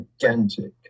gigantic